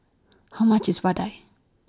How much IS Vadai